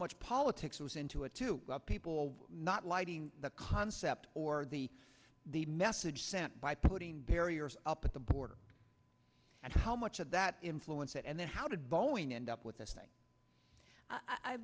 much politics was into a two people not lighting the concept or the the message sent by putting barriers up at the border and how much of that influence it and then how did boeing end up with this thing i